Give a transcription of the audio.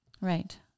Right